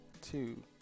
two